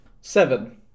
seven